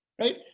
right